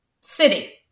City